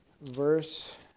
verse